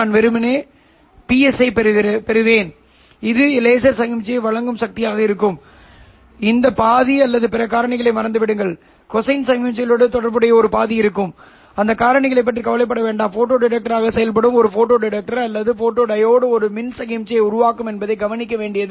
இதனால் spectrum ωIF 0 ஐ மையமாகக் கொண்டால் இது ஹோமோடைன் அல்லது பூஜ்ஜிய இடைநிலை அதிர்வெண் டிரான்ஸ்ஸீவர்களுக்கான DCயில் மையமாக இருக்கும் மறுபுறம் ωLO ≠ωS என்றால் இதை நாம் ஹீட்டோரோடைன் ரிசீவர் என்று அழைக்கிறோம்